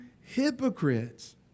hypocrites